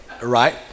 Right